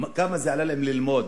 כמה זה עלה להם ללמוד,